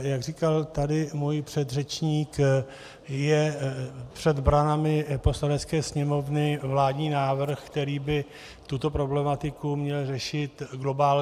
Jak říkal tady můj předřečník, je před branami Poslanecké sněmovny vládní návrh, který by tuto problematiku měl řešit globálně.